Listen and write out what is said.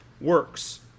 works